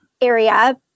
area